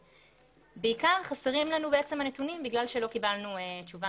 בעיקר חסרים לנו הנתונים בגלל שלא קיבלנו תשובה